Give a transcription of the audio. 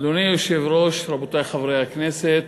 אדוני היושב-ראש, רבותי חברי הכנסת,